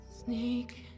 Sneak